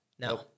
No